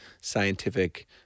scientific